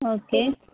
okay